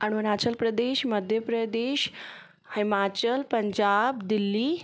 Arunachal Pradesh Madhya Pradesh Himachal Punjab Delhi